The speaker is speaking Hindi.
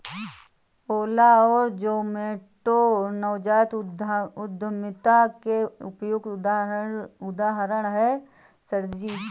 ओला और जोमैटो नवजात उद्यमिता के उपयुक्त उदाहरण है सर जी